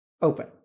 Open